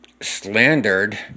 slandered